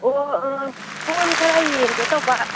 ꯑꯣ ꯀꯣꯟ ꯈꯔ ꯌꯦꯡꯒꯦ ꯇꯧꯕ